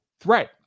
threat